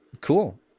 cool